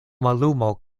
mallumo